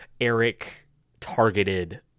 Eric-targeted